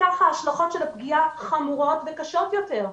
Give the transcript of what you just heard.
כך ההשלכות של הפגיעה חמורות וקשות יותר.